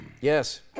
Yes